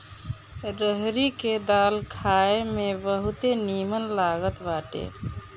रहरी के दाल खाए में बहुते निमन लागत बाटे